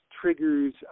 triggers